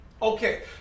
Okay